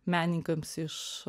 menininkams iš